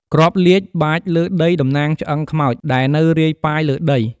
គ្រាប់លាជ បាចលើដីតំណាងឆ្អឹងខ្មោចដែលនៅរាយប៉ាយនៅលើដី។